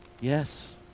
Yes